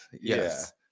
yes